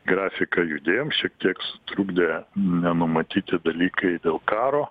grafiką judėjom šiek tiek sutrukdė nenumatyti dalykai dėl karo